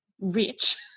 rich